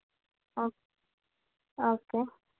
ఓక్ ఓకే